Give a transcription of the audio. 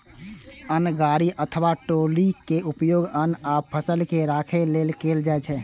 अन्न गाड़ी अथवा ट्रॉली के उपयोग अन्न आ फसल के राखै लेल कैल जाइ छै